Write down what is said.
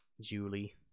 Julie